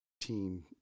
team